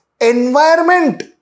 environment